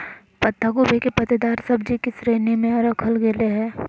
पत्ता गोभी के पत्तेदार सब्जि की श्रेणी में रखल गेले हें